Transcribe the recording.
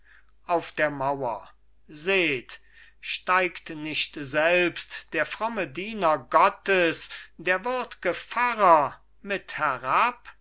auf der mauer seht steigt nicht selbst der fromme diener gottes der würd'ge pfarrer mit herab